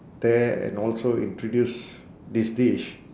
there and also introduced this dish